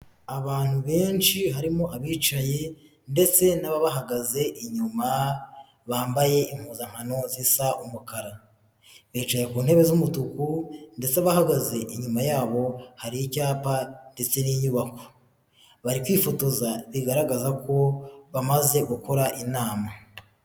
Abantu benshi harimo abicaye ndetse n'abahagaze inyuma, bambaye impuzankano zisa umukara. Bicaye ku ntebe z'umutuku ndetse bahagaze inyuma yabo hari icyapa ndetse n'inyubako. Bari kwifotoza bigaragaza ko bamaze gukora inama.